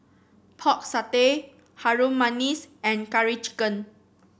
Pork Satay Harum Manis and Curry Chicken